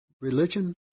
Religion